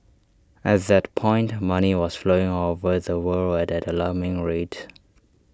at that point money was flowing all over the world at an alarming rate